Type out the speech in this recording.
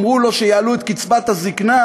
אמרו לו שיעלו את קצבת הזיקנה